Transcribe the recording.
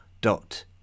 dot